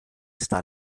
sta